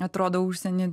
atrodo užsieny